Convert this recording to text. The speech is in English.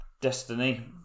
Destiny